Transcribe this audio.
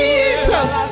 Jesus